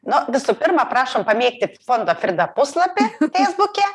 nu visų pirma prašom pamėgti fondo frida puslapį feisbuke